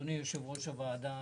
אדוני יושב-ראש הוועדה,